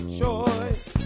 choice